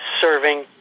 serving